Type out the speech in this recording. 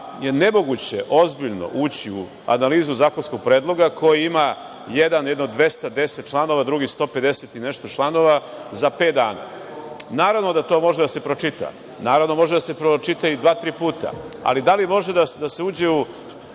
je nemoguće ozbiljno ući u analizu zakonskog predloga koji ima jedan 210 članova, a drugi 150 i nešto članova za 5 dana. Naravno da to može da se pročita, da se pročita i 2 ili 3 puta, ali da li može da se uđe u